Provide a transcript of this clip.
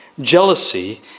jealousy